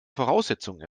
voraussetzungen